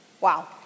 Wow